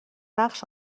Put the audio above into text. نقش